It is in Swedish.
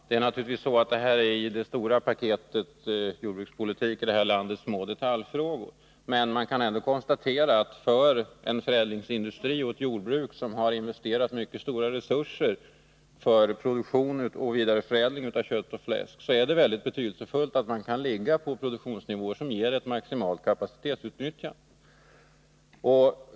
Herr talman! Detta är naturligtvis små detaljfrågor i det jordbrukspolitiska paketet i det här landet, men jag kan ändå ändå konstatera att det för en förädlingsindustri och ett jordbruk som har investerat mycket stora resurser för produktion och vidareförädling av kött och fläsk är mycket betydelsefullt att kunna ligga på produktionsnivåer som ger ett maximalt kapacitetsutnyttjande.